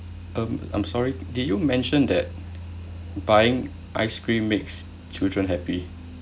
um I'm sorry did you mention that buying ice cream makes children happy